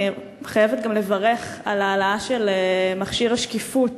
אני חייבת גם לברך על העלאה של מכשיר השקיפות